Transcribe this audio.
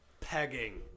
Pegging